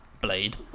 blade